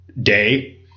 day